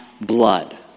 blood